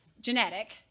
genetic